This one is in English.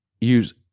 use